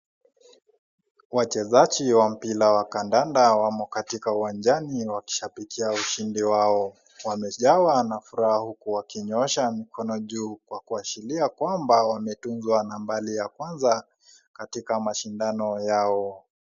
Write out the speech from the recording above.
Wachezaji wa mpira wa kandanda wamo katika uwanjani wakishabikia ushindi wao, wamejawa na furaha huku wakinyoosha mikono juu kwa kuashiria kwamba wametunzwa nambali ya kwanza katika mashindano yao.